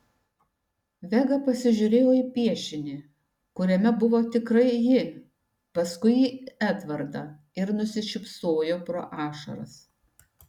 vega pasižiūrėjo į piešinį kuriame buvo tikrai ji paskui į edvardą ir nusišypsojo pro ašaras